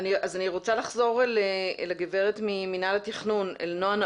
אני רוצה לחזור לגב' נועה נאור ממינהל התכנון.